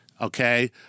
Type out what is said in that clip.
okay